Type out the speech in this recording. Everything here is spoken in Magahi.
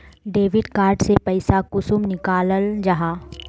डेबिट कार्ड से पैसा कुंसम निकलाल जाहा?